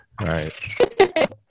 right